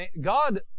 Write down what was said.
God